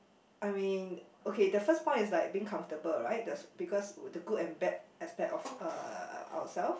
I mean okay the first point is like being comfortable right that's because the good and bad aspect of uh ourselves